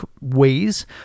ways